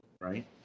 right